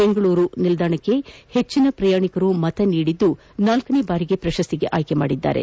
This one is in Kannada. ಬೆಂಗಳೂರು ವಿಮಾನ ನಿಲ್ದಾಣಕ್ಕೆ ಹೆಚ್ಚಿನ ಪ್ರಯಾಣಿಕರು ಮತ ನೀಡಿ ನಾಲ್ಕನೇ ಬಾರಿಗೆ ಪ್ರಶಸ್ತಿಗೆ ಆಯ್ಕೆ ಮಾಡಿದ್ದಾರೆ